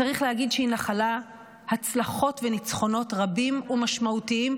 צריך להגיד שהיא נחלה הצלחות וניצחונות רבים ומשמעותיים,